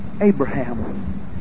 Abraham